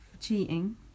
Cheating